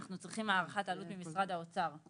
אנחנו צריכים הערכת עלות ממשרד האוצר.